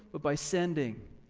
but by sending.